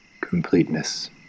completeness